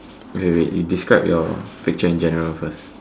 okay wait you describe your picture in general first